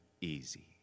easy